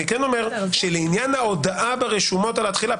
לעניין ההודעה ברשומות על התחילה,